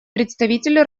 представитель